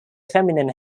feminine